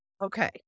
Okay